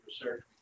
research